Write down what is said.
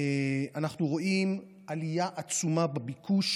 אנחנו רואים עלייה עצומה בביקוש